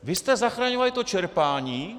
Vy jste zachraňovali to čerpání?